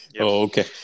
Okay